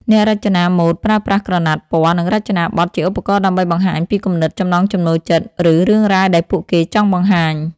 អ្នករចនាម៉ូដប្រើប្រាស់ក្រណាត់ ពណ៌ និងរចនាបទ ជាឧបករណ៍ដើម្បីបង្ហាញពីគំនិត ចំណង់ចំណូលចិត្ត ឬរឿងរ៉ាវដែលពួកគេចង់បង្ហាញ។